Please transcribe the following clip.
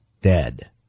dead